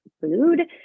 food